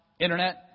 Internet